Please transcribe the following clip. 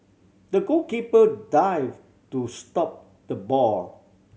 the goalkeeper dived to stop the ball